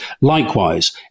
Likewise